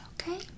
Okay